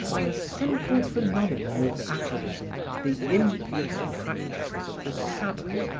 by a simple phenomenon of atavism the impious practices of the sabbath,